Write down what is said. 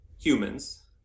humans